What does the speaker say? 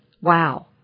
Wow